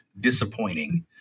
disappointing